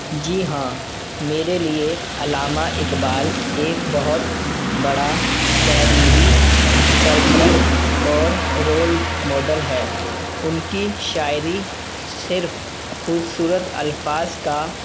جی ہاں میرے لیے علامہ اقبال ایک بہت بڑا تحریری سرپرست اور رول موڈل ہے ان کی شاعری صرف خوبصورت الفاظ کا